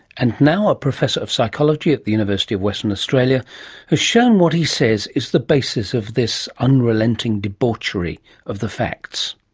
and now a professor of psychology at the university of western australia has shown what he says is the basis of this unrelenting debauchery of the facts.